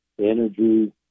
energy